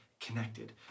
connected